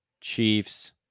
chiefs